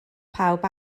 pawb